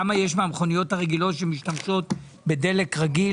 כמה יש מהמכוניות הרגילות שמשתמשות בדלק רגיל?